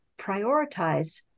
prioritize